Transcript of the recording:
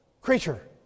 creature